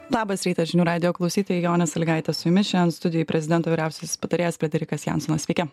labas rytas žinių radijo klausytojai jonė sąlygaitė su jumis šiandien studijoj prezidento vyriausiasis patarėjas frederikas jansonas sveiki